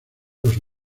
los